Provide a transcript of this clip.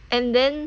and then